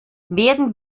werden